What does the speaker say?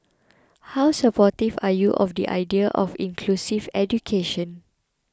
how supportive are you of the idea of inclusive education